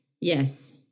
Yes